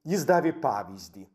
jis davė pavyzdį